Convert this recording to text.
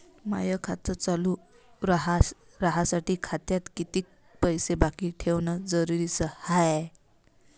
माय खातं चालू राहासाठी खात्यात कितीक पैसे बाकी ठेवणं जरुरीच हाय?